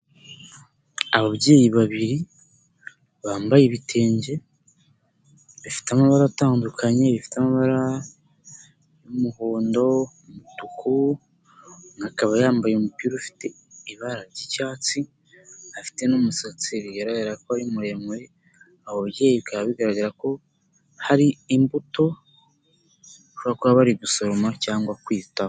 Ababyeyi babiri bambaye ibitenge bifite amabara atandukanye, bifite amabara y'umuhondo, umutuku, akaba yambaye umupira ufite ibara ry'icyatsi afite n'umusatsi bigaragara ko ari muremure, aba babyeyi bika bigaragara ko hari imbuto bashobora kuba bari gusoroma cyangwa kwitaho.